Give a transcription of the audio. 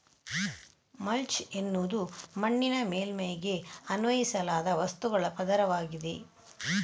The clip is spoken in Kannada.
ಮಲ್ಚ್ ಎನ್ನುವುದು ಮಣ್ಣಿನ ಮೇಲ್ಮೈಗೆ ಅನ್ವಯಿಸಲಾದ ವಸ್ತುಗಳ ಪದರವಾಗಿದೆ